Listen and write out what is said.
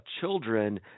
children